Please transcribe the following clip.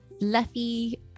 fluffy